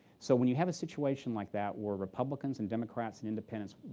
so when you have a situation like that, where republicans and democrats and independents,